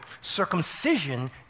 circumcision